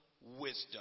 wisdom